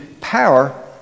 power